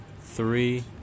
three